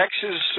Texas